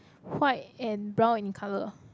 white and brown in colour